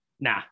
nah